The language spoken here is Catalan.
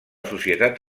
societat